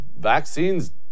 vaccines